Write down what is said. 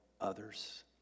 others